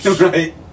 right